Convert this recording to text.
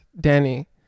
Danny